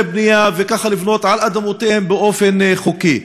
בנייה וככה לבנות על אדמותיהם באופן חוקי.